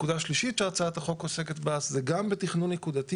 נקודה שלישית שהצעת החוק עוסקת בה זה גם בתכנון נקודתי.